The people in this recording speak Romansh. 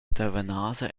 tavanasa